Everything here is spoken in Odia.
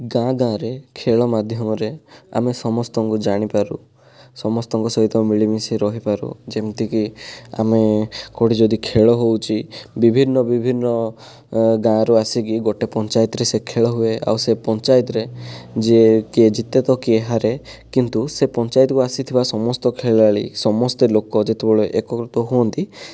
ଗାଁ ଗାଁରେ ଖେଳ ମାଧ୍ୟମରେ ଆମେ ସମସ୍ତଙ୍କୁ ଜାଣିପାରୁ ସମସ୍ତଙ୍କ ସହିତ ମିଳିମିଶି ରହିପାରୁ ଯେମିତିକି ଆମେ କେଉଁଠି ଯଦି ଖେଳ ହେଉଛି ବିଭିନ୍ନ ବିଭିନ୍ନ ଗାଁରୁ ଆସିକି ଗୋଟିଏ ପଞ୍ଚାୟତରେ ସେ ଖେଳ ହୁଏ ଆଉ ସେ ପଞ୍ଚାୟତ ରେ ଯିଏ କିଏ ଜିତେ ତ କିଏ ହାରେ କିନ୍ତୁ ସେ ପଞ୍ଚାୟତକୁ ଆସିଥିବା ସମସ୍ତ ଖେଳାଳି ସମସ୍ତେ ଲୋକ ଯେତେବେଳେ ଏକଗ୍ରତ ହୁଅନ୍ତି